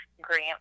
grant